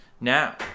now